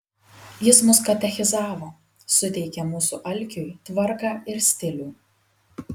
jis mus katechizavo suteikė mūsų alkiui tvarką ir stilių